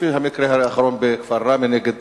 כמו המקרה האחרון בכפר ראמה נגד